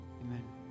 Amen